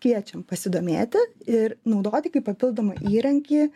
kviečiam pasidomėti ir naudoti kaip papildomą įrankį